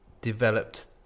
developed